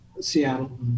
Seattle